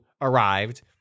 arrived